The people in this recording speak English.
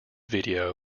video